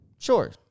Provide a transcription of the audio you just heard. Sure